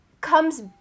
comes